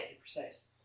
precise